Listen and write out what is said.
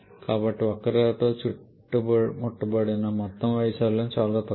కాబట్టి వక్రరేఖతో చుట్టుముట్టబడిన మొత్తం వైశాల్యం చాలా తక్కువ